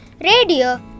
radio